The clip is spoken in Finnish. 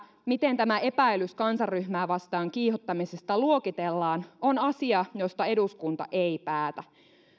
miten tämä epäilys kansanryhmää vastaan kiihottamisesta luokitellaan on asia josta eduskunta ei päätä